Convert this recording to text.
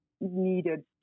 needed